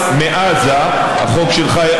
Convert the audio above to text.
אנחנו עוברים להצעת החוק הבאה,